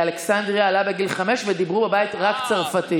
באלכסנדריה, עלה בגיל חמש, ודיברו בבית רק צרפתית.